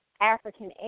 African